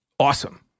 Awesome